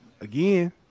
again